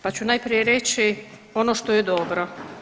Pa ću najprije reći ono što je dobro.